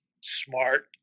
smart